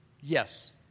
Yes